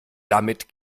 damit